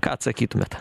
ką atsakytumėt